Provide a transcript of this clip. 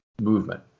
movement